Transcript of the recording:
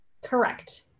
Correct